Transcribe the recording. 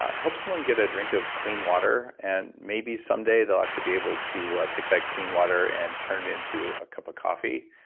help someone get a drink of clean water and maybe someday they'll actually be able to take that clean water and turn it into a cup of coffee.